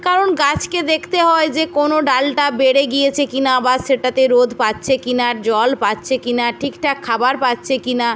কারণ গাছকে দেখতে হয় যে কোনো ডালটা বেড়ে গিয়েছে কি না বা সেটাতে রোদ পাচ্ছে কি না আর জল পাচ্ছে কি না ঠিকঠাক খাবার পাচ্ছে কি না